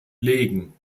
legen